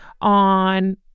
on